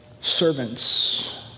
servants